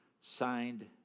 signed